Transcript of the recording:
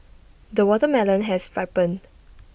the watermelon has ripened